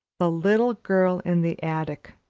the little girl in the attic.